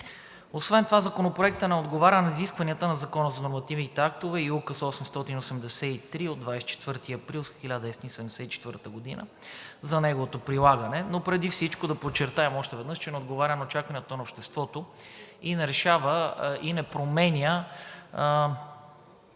Освен това Законопроектът не отговаря на изискванията на Закона за нормативните актове и Указ № 883 от 24 април 1974 г. за неговото прилагане. Но преди всичко да подчертаем още веднъж, че не отговаря на очакванията на обществото и не променя